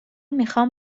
میخوام